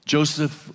Joseph